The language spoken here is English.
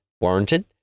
warranted